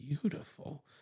beautiful